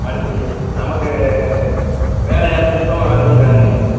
மணிக்கு நமக்கு வேலை ஆள் சுத்தமாக வேலை செய்வான்ண்ணே